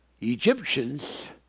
Egyptians